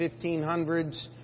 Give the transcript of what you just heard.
1500s